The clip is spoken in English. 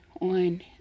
on